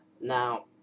Now